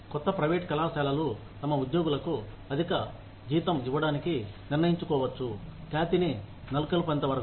కొత్త ప్రైవేట్ కళాశాలలు తమ ఉద్యోగులకు అధిక శ్రేణి జీతం ఇవ్వడానికి నిర్ణయించుకోవచ్చు ఖ్యాతిని నెలకొల్పేతవరకు